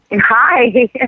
Hi